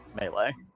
melee